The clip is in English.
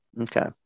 Okay